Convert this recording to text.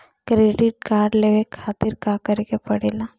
Credit card लेवे के खातिर का करेके पड़ेला?